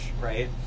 right